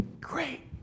great